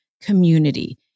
community